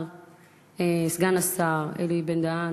סגן השר אלי בן-דהן,